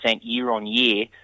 year-on-year